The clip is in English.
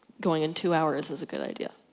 going in two hours is a good idea.